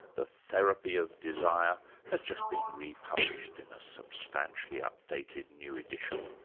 the therapy of desire has just been republished in a substantially updated new edition.